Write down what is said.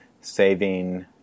saving